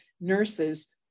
nurses